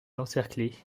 encerclée